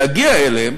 להגיע אליו,